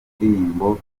ndirimbo